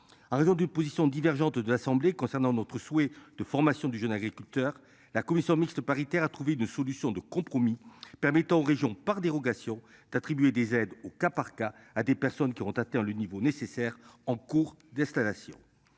à raison d'une position divergente de l'Assemblée concernant notre souhait de formation du jeune agriculteur. La commission mixte paritaire à trouver une solution de compromis permettant régions par dérogation d'attribuer des aides au cas par cas à des personnes qui ont atteint le niveau nécessaire en cours d'installation.